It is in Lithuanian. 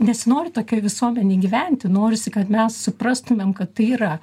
nesinori tokioj visuomenėj gyventi norisi kad mes suprastumėm kad tai yra